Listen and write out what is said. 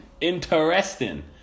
interesting